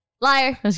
Liar